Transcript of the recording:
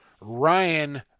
Ryan